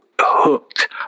hooked